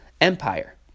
empire